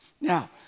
Now